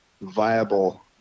viable